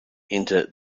into